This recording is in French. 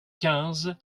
quinze